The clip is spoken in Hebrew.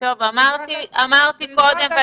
אמרתי קודם,